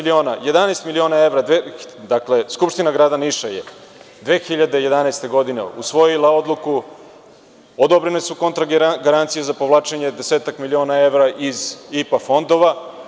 Dakle, Skupština grada Niša je 2011. godine usvojila odluku i odobrene su kontragarancije za povlačenje desetak miliona evra iz IPA fondova.